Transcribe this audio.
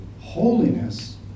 holiness